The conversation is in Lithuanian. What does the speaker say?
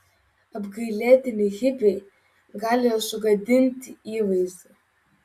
apgailėtini hipiai gali sugadinti įvaizdį